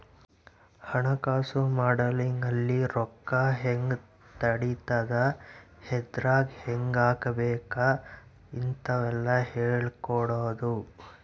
ಹಣಕಾಸು ಮಾಡೆಲಿಂಗ್ ಅಲ್ಲಿ ರೊಕ್ಕ ಹೆಂಗ್ ನಡಿತದ ಎದ್ರಾಗ್ ಹೆಂಗ ಹಾಕಬೇಕ ಇಂತವೆಲ್ಲ ಹೇಳ್ಕೊಡೋದು